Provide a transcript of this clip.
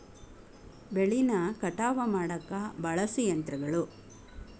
ಬೆಳಿನ ಕಟಾವ ಮಾಡಾಕ ಬಳಸು ಯಂತ್ರಗಳು